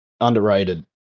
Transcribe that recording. Underrated